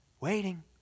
Waiting